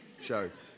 shows